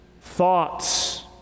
thoughts